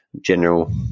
general